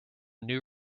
new